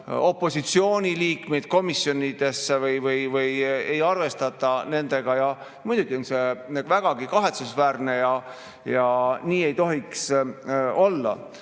opositsiooni liikmeid komisjonidesse või ei arvestata nendega. Muidugi on see vägagi kahetsusväärne ja nii ei tohiks olla.